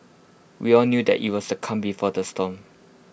we all knew that IT was the calm before the storm